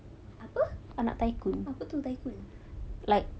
apa anak tycoon apa tu tycoon